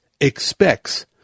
expects